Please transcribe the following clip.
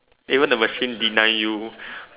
even the machine deny you